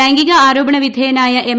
ലൈംഗിക ആരോപണ വിധേയനായ എം